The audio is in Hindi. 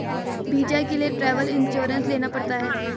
वीजा के लिए ट्रैवल इंश्योरेंस लेना पड़ता है